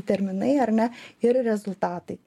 terminai ar ne ir rezultatai